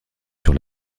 sur